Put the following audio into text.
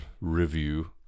review